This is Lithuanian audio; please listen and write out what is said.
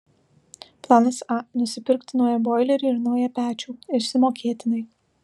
planas a nusipirkti naują boilerį ir naują pečių išsimokėtinai